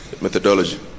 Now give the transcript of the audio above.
methodology